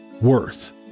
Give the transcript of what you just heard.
worth